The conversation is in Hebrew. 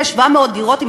כ-700 דירות בשנה,